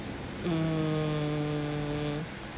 mm